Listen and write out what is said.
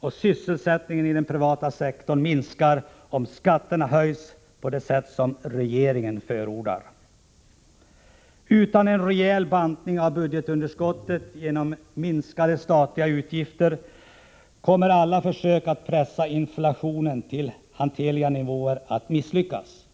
och sysselsättningen inom den privata sektorn minskar, om skatterna höjs på det sätt som regeringen förordar. Utan en rejäl bantning av budgetunderskottet genom minskade statliga utgifter kommer alla försök att pressa ned inflationen till hanterliga nivåer att misslyckas.